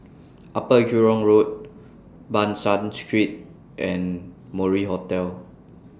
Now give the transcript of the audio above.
Upper Jurong Road Ban San Street and Mori Hotel